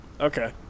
Okay